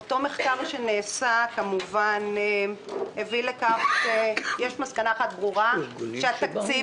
אותו מחקר הביא למסקנה אחת ברורה: שהתקציב